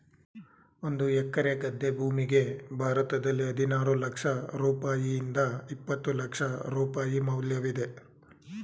ಒಂದು ಎಕರೆ ಗದ್ದೆ ಭೂಮಿಗೆ ಭಾರತದಲ್ಲಿ ಹದಿನಾರು ಲಕ್ಷ ರೂಪಾಯಿಯಿಂದ ಇಪ್ಪತ್ತು ಲಕ್ಷ ರೂಪಾಯಿ ಮೌಲ್ಯವಿದೆ